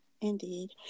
indeed